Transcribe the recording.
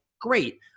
great